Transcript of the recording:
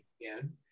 again